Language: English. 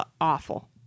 awful